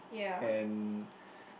and